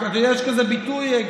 יש כזה ביטוי,